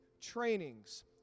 trainings